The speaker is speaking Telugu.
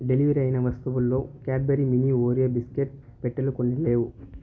డెలివరీ అయిన వస్తువుల్లో క్యాడ్బరీ మినీ ఓరియో బిస్కెట్ పెట్టెలు కొన్ని లేవు